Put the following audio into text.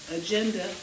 agenda